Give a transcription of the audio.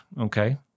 okay